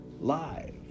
Live